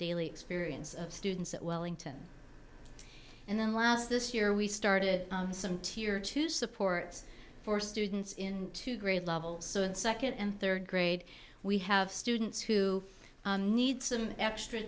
daily experience of students at wellington and then last this year we started some tier two support for students in two grade levels and second and third grade we have students who need some extra